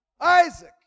Isaac